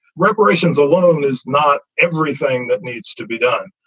reparations alone is not everything that needs to be done.